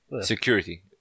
Security